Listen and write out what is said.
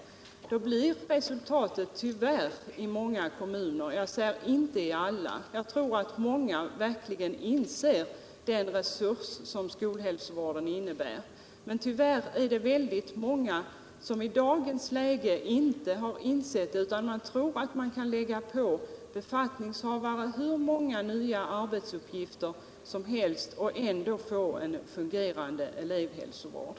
Jag säger inte att det blir det ialla kommuner. I många kommuner tror jag att man verkligen uppskattar den resurs som skolhälsovården innebär. Tyvärr har många i dag inte insett det rätta förhållandet utan tror att man kan lägga på befattningshavare hur många nya arbetsuppgifter som helst och ändå ha en fungerande elevhälsovård.